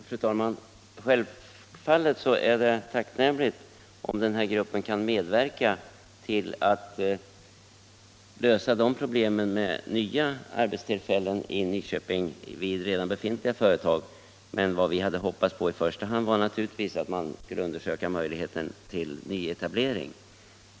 Fru talman! Självfallet är det tacknämligt om den här gruppen kan medverka till att lösa problemen med nya arbetstillfällen vid redan befintliga företag i Nyköping. Men vad vi hade hoppats på i första hand var naturligtvis att man skulle undersöka möjligheten till nyetablering.